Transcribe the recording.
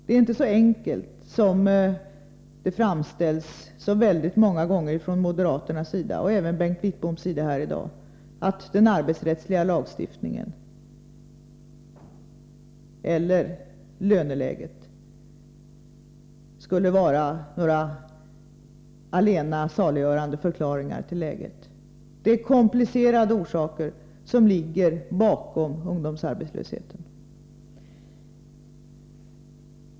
Det är inte så enkelt som det framställs väldigt många gånger från moderaternas, och från Bengt Wittboms sida här i dag, att den arbetsrättsliga lagstiftningen eller löneläget skulle vara några allena saliggörande förklaringar till läget. Det är komplicerade orsakssammanhang som ligger bakom ungdomsarbetslösheten.